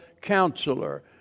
counselor